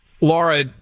Laura